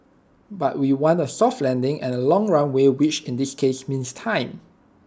but we want A soft landing and A long runway which in this case means time